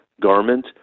garment